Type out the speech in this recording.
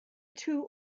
two